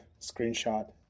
screenshot